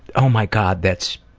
oh my god that's.